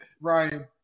Ryan